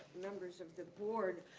members of the board.